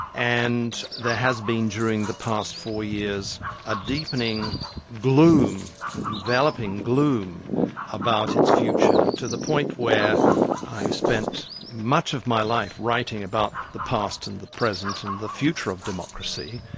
and there has been during the past four years a deepening gloom, an enveloping gloom about its future, to the point where i have spent much of my life writing about the past and the present and the future of democracy,